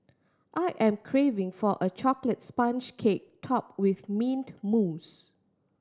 I am craving for a chocolate sponge cake top with mint mousse